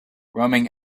roaming